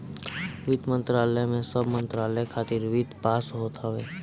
वित्त मंत्रालय में सब मंत्रालय खातिर वित्त पास होत हवे